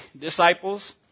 disciples